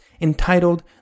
entitled